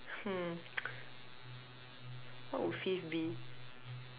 hmm